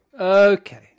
Okay